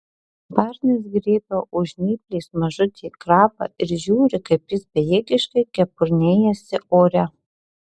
barnis griebia už žnyplės mažutį krabą ir žiūri kaip jis bejėgiškai kepurnėjasi ore